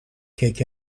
کیک